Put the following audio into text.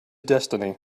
destiny